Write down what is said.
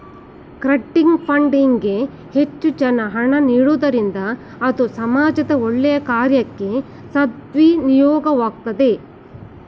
crowding funding ಗೆ ಹೆಚ್ಚು ಜನರು ಹಣ ನೀಡುವುದರಿಂದ ಅದು ಸಮಾಜದ ಒಳ್ಳೆಯ ಕಾರ್ಯಕ್ಕೆ ಸದ್ವಿನಿಯೋಗವಾಗ್ತದೆ